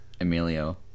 Emilio